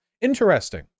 Interesting